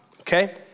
okay